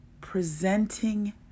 presenting